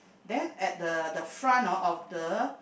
then at the the front orh of the